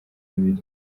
abiri